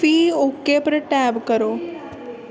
फ्ही ओके पर टैप करो